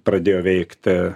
pradėjo veikt